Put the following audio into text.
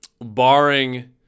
barring